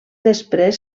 després